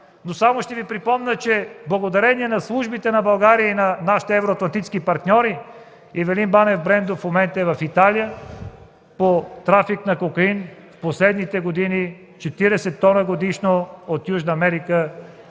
Само ще Ви припомня, че благодарение на службите на Република България и на нашите евроатлантически партньори Ивелин Банев – Брендо в момента е в Италия по трафик на кокаин (през последните години 40 тона годишно от Южна Америка